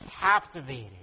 captivated